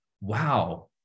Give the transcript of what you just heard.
wow